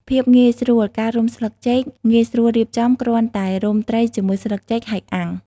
ភាពងាយស្រួលការរុំស្លឹកចេកងាយស្រួលរៀបចំ គ្រាន់តែរុំត្រីជាមួយស្លឹកចេកហើយអាំង។